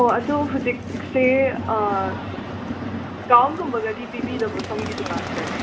ꯑꯣ ꯑꯗꯣ ꯍꯨꯖꯤꯛꯁꯦ ꯗꯤꯁꯀꯥꯎꯟꯒꯨꯝꯕꯒꯗꯤ ꯄꯤꯕꯤꯗꯕ꯭ꯔꯣ ꯁꯣꯝꯒꯤ ꯗꯨꯀꯥꯟꯁꯦ